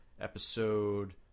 episode